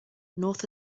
north